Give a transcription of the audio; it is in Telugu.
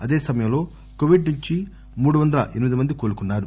అదే సమయంలో కొవిడ్ నుంచి మూడు వందల ఎనిమిది మంది కోలుకున్నారు